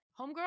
homegirl